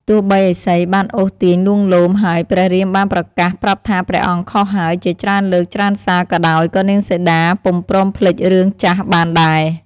ទោះបីឥសីបានអូសទាញលួងលោមហើយព្រះរាមបានប្រកាសប្រាប់ថាព្រះអង្គខុសហើយជាច្រើនលើកច្រើនសារក៏ដោយក៏នាងសីតាពុំព្រមភ្លេចរឿងចាស់បានដែរ។